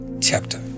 chapter